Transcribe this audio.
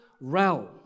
realm